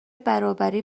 برابری